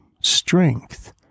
Strength